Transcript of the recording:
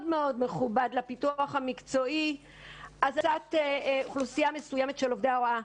מכובד לפיתוח המקצועי של עובדי ההוראה.